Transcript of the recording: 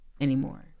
anymore